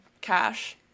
cash